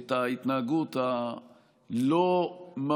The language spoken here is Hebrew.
את ההתנהגות הלא-ממלכתית,